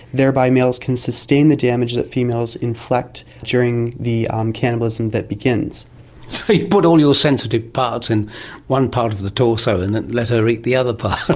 thereby males can sustain the damage that females inflict during the um cannibalism that begins. so you put all your sensitive parts in one part of the torso and let her eat the other part.